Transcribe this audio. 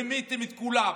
רימיתם את כולם,